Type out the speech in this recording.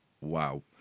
Wow